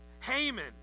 Haman